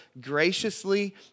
graciously